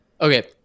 okay